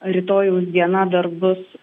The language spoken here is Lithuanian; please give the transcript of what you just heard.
rytojaus diena dar bus